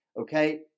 Okay